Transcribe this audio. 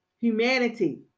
Humanity